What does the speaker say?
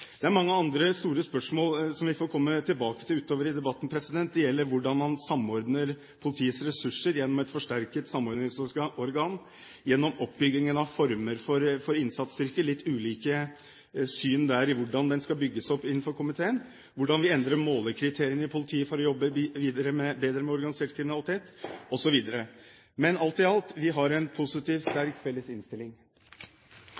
Det er mange andre store spørsmål, som vi får komme tilbake til utover i debatten. Det gjelder hvordan man samordner politiets ressurser gjennom et forsterket samordningsorgan, gjennom oppbyggingen av former for innsatsstyrker. Det er litt ulike syn innen komiteen på hvordan det skal bygges opp, og hvordan vi endrer målekriteriene i politiet for å jobbe bedre mot organisert kriminalitet, osv. Men alt i alt, vi har en positiv